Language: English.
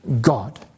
God